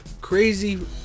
crazy